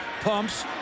pumps